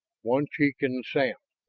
one cheek in the sand,